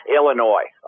Illinois